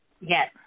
Yes